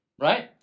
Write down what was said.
right